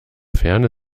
ferne